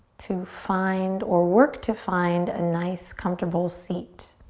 to find or work to find a nice comfortable seat.